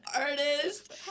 artist